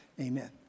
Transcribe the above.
Amen